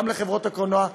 גם לחברות הקולנוע,